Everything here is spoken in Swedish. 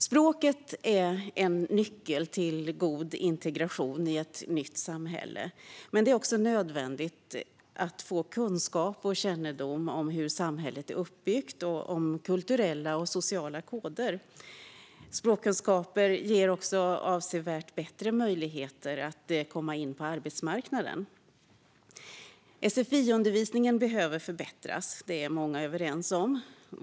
Språket är en nyckel till god integration i ett nytt samhälle, men det är också nödvändigt att få kunskap och kännedom om hur samhället är uppbyggt och om kulturella och sociala koder. Språkkunskaper ger också avsevärt bättre möjligheter att komma in på arbetsmarknaden. Sfi-undervisningen behöver förbättras - det är många överens om.